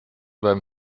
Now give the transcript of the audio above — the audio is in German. beim